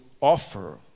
offer